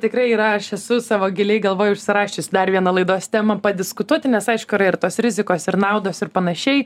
tikrai yra aš esu savo giliai galvoj užsirašius dar viena laidos temą padiskutuoti nes aišku yra ir tos rizikos ir naudos ir panašiai